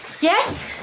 Yes